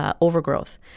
Overgrowth